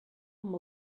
amb